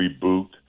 reboot